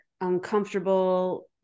uncomfortable